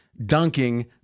Dunking